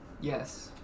Yes